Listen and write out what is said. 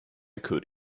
could